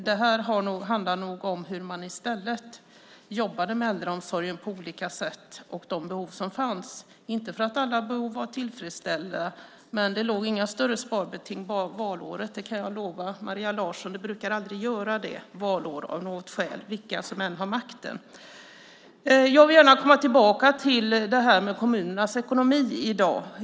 Det handlar nog om hur man i stället jobbade med äldreomsorgen på olika sätt och de behov som fanns. Inte för att alla behov var tillfredsställda, men det låg inga större sparbeting valåret. Det kan jag lova Maria Larsson. Det brukar aldrig göra det valår av något skäl, vilka som än har makten. Jag vill gärna komma tillbaka till kommunernas ekonomi i dag.